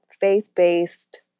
faith-based